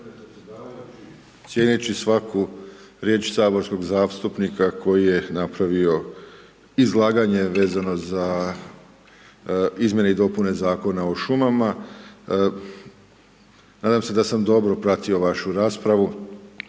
Cijeneći svaku riječ saborskog zastupnika koji je napravio izlaganje vezano za izmijene i dopune Zakona o šumama, nadam se da sam dobro pratio vašu raspravu,